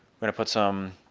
i'm gonna put some